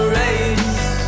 race